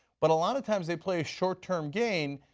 but a lot of time they play short-term gain,